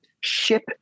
ship